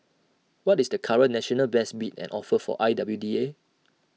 what is the current national best bid and offer for I W D A